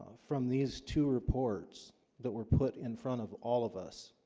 from these two reports that were put in front of all of us